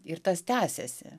ir tas tęsiasi